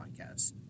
podcast